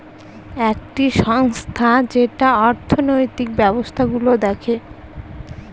একটি সংস্থা যেটা অর্থনৈতিক ব্যবস্থা গুলো দেখে